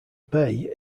bay